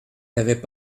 n’avaient